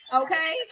okay